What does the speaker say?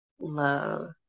love